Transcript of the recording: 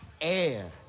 air